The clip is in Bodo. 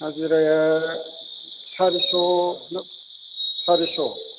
हाजिराया सारिस' सारिस'